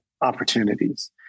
opportunities